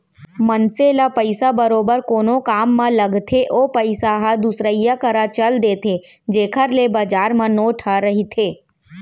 मनसे ल पइसा बरोबर कोनो काम म लगथे ओ पइसा ह दुसरइया करा चल देथे जेखर ले बजार म नोट ह रहिथे